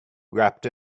wrapped